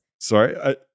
Sorry